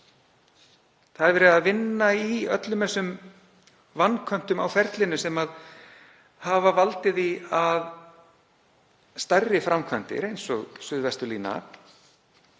Verið er að vinna í öllum þessum vanköntum á ferlinu sem hafa valdið því að stærri framkvæmdir, eins og Suðvesturlína,